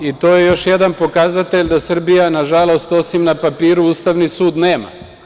I to je još jedan pokazatelj da Srbija, nažalost, osim na papiru, Ustavni sud nema.